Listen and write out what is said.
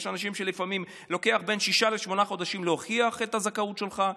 יש אנשים שלפעמים לוקח בין שישה לשמונה חודשים להוכיח את הזכאות שלהם.